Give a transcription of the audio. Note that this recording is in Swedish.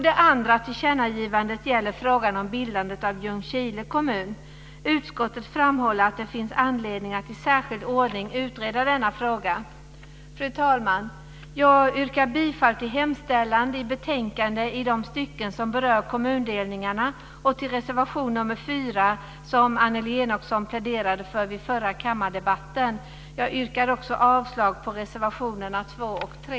Det andra tillkännagivandet gäller frågan om bildandet av Ljungskile kommun. Utskottet framhåller att det finns anledning att i särskild ordning utreda denna fråga. Fru talman! Jag yrkar bifall till utskottets förslag i de stycken i betänkandet som berör kommundelningarna och till reservation nr 4 som Annelie Enochson pläderade för i den förra kammardebatten. Vidare yrkar jag avslag på reservationerna 2 och 3.